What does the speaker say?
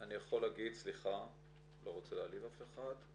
אני יכול להגיד, סליחה, לא רוצה להעליב אף אחד,